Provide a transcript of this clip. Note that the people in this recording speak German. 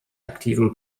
aktiven